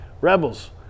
Rebels